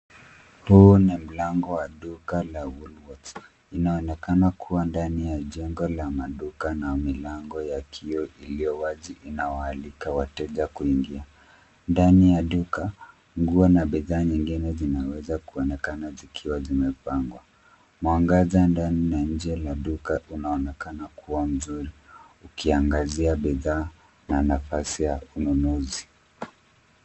Huu ni mlango wa duka la Woolworths. Inaonekana kua ndani ya jengo la maduka na milango ya kioo iliyowazi inawaalika wateja kuingia. Ndani ya duka, nguo na bidhaa nyingine zinaweza kuonekana zikiwa zimepangwa. Mwangaza ndani na nje la duka, unaonekana kua mzuri , ukiangazia bidhaa na nafasi ya ununuzi.